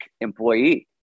employee